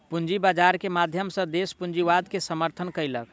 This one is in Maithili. पूंजी बाजार के माध्यम सॅ देस पूंजीवाद के समर्थन केलक